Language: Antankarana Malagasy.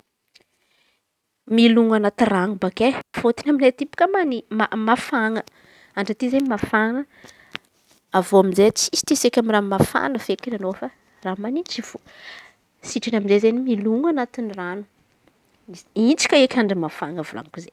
Milona anaty ran̈o baka e fôtony aminay aty bôka mani- mafana e andra aty izen̈y mafana avy eo amy izey tsisy te hisaiky amy ran̈omafana feky anô. Fa ran̈o manitsy fô sitrany amy izey izen̈y milon̈a anaty ran̈o in̈y tsy ke amy andra mafana volan̈iko zey.